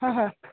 হয় হয়